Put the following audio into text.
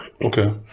okay